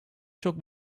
çok